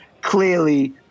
clearly